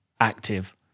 active